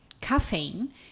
Caffeine